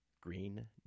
Green